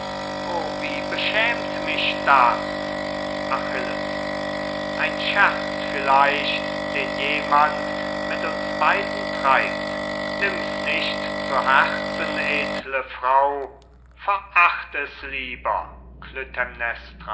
wie beschämt mich das achilles ein scherz vielleicht den jemand mit uns beiden treibt nimm's nicht zu herzen edle frau veracht es lieber